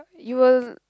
you will